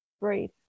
breathe